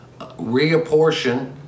reapportion